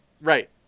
right